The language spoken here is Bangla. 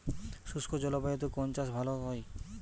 শুষ্ক জলবায়ুতে কোন চাষ ভালো হয়?